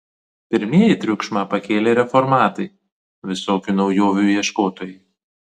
pirmieji triukšmą pakėlė reformatai visokių naujovių ieškotojai